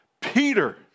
Peter